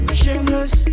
shameless